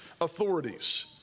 authorities